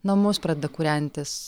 namus pradeda kūrentis